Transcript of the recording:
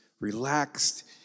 relaxed